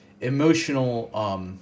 emotional